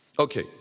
Okay